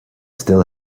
still